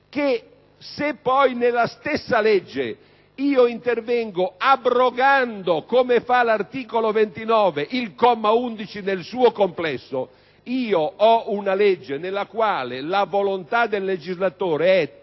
che se nella stessa legge si interviene abrogando - come fa l'articolo 29 - il comma 11 nel suo complesso, si ha una legge nella quale la volontà del legislatore è